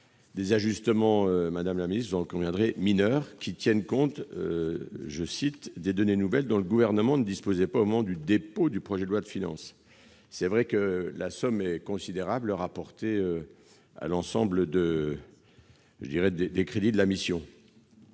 d'ajustements mineurs visant à tenir compte « des données nouvelles dont le Gouvernement ne disposait pas au moment du dépôt du projet de loi de finances ». Néanmoins, la somme est considérable rapportée à l'ensemble des crédits de la mission.